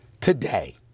today